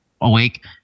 awake